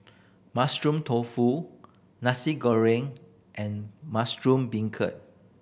Mushroom Tofu Nasi Goreng and mushroom beancurd